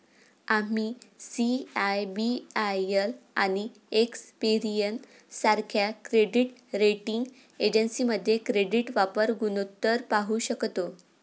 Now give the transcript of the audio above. आम्ही सी.आय.बी.आय.एल आणि एक्सपेरियन सारख्या क्रेडिट रेटिंग एजन्सीमध्ये क्रेडिट वापर गुणोत्तर पाहू शकतो